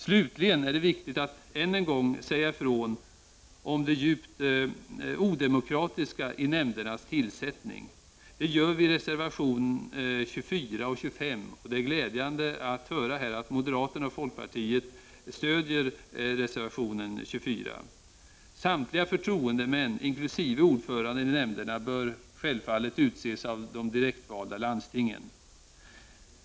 Det är viktigt att än en gång säga ifrån om det djupt odemokratiska i nämndernas tillsättning. Det gör vi i reservationerna 24 och 25. Det är glädjande att höra att moderaterna och folkpartiet stödjer reservation 24. Samtliga förtroendemän inkl. ordföranden i nämnderna bör självfallet utses av de direktvalda landstingen.